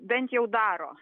bent jau daro